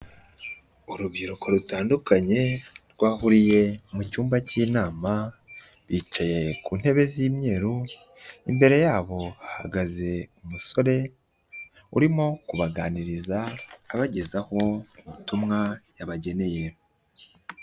Urubyiruko rutandukanye rwahuriye mu cyumba cy'inama, bicaye ku ntebe z'imweru, imbere yabo hahagaze umusore urimo kubaganiriza abagezaho ubutumwa yabageneye.